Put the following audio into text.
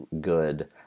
good